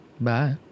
bye